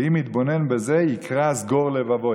ואם יתבונן בזה יקרע סגור לבו".